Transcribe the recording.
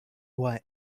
why